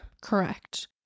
Correct